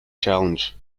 challenge